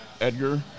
Edgar